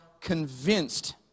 convinced